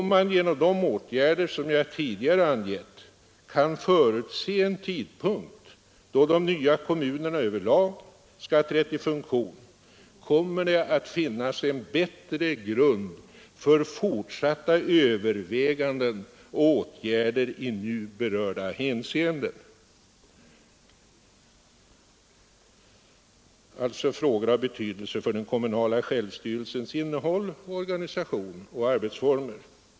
Om man genom de åtgärder som jag tidigare angett kan förutse en tidpunkt då de nya kommunerna överlag skall ha trätt i funktion, kommer det att finnas en bättre grund för fortsatta överväganden och åtgärder i nu berörda hänseenden.” — Det gäller alltså frågor av betydelse för den kommunala självstyrelsens innehåll, organisation och arbetsformer.